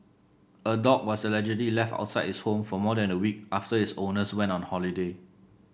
a dog was allegedly left outside its home for more than a week after its owners went on holiday